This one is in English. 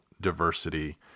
diversity